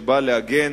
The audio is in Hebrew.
שבא להגן